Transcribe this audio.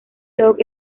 dog